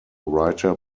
writer